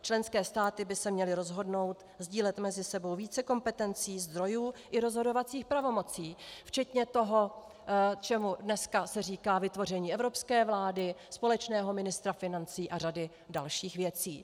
Členské státy by se měly rozhodnout sdílet mezi sebou více kompetencí, zdrojů i rozhodovacích pravomocí, včetně toho, čemu se dneska říká vytvoření evropské vlády, společného ministra financí a řady dalších věcí.